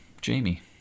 Jamie